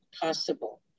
possible